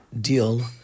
deal